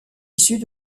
issus